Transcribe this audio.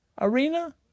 arena